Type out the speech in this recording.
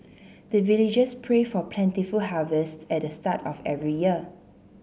the villagers pray for plentiful harvest at the start of every year